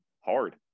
hard